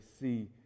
see